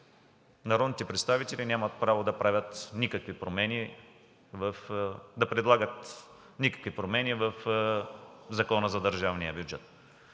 народните представители нямат право да предлагат никакви промени в Закона за държавния бюджет.